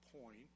point